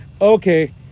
Okay